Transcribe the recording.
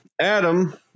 Adam